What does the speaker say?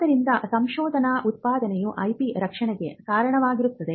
ಆದ್ದರಿಂದ ಸಂಶೋಧನಾ ಉತ್ಪಾದನೆಯು IP ರಕ್ಷಣೆಗೆ ಕಾರಣವಾಗುತ್ತದೆ